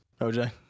OJ